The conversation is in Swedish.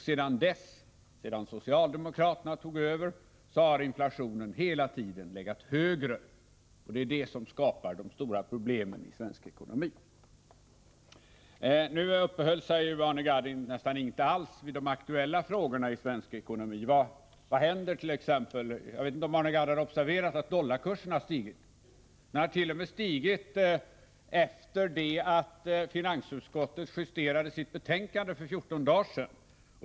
Sedan dess, sedan socialdemokraterna tog över, har inflationen hela tiden legat högre, och det är detta som skapar de stora problemen i svensk ekonomi. Nu uppehöll sig Arne Gadd nästan inte alls vid de aktuella frågorna i svensk ekonomi. Jag vet inte om Arne Gadd har observerat att dollarkursen har stigit, och t.o.m. stigit efter det att finansutskottets betänkande justerades för fjorton dagar sedan.